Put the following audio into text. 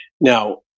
Now